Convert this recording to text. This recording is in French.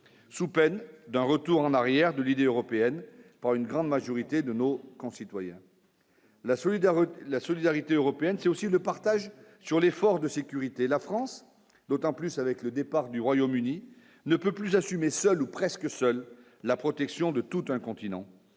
sous peine d'un retour en arrière de l'idée européenne par une grande majorité de nos concitoyens. La solidarité, la solidarité européenne, c'est aussi le partage sur les forces de sécurité, la France, d'autant plus avec le départ du Royaume-Uni ne peut plus assumer seul, ou presque, seul, la protection de tout un continent,